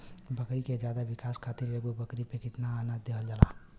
बकरी के ज्यादा विकास खातिर एगो बकरी पे कितना अनाज देहल जाला?